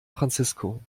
francisco